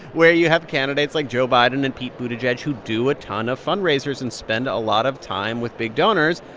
where you have candidates like joe biden and pete buttigieg, who do a ton of fundraisers and spend a lot of time with big donors.